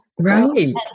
Right